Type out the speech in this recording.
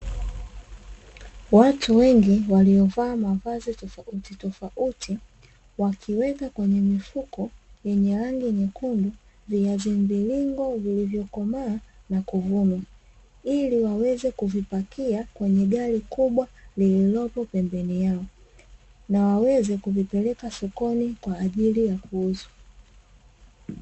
Watu wengi wamevaa mavazi tofauti tofauti, wakiweka kwenye mifuko yenye rangi nyekundu viazi mviringo vilivyokomaa na kuvunwa, ili waweze kuvipakia kwenye gari kubwa lililopo pembeni yao na waweze kuvipeleka sokoni kwa ajili ya kuuzwa.